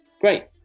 Great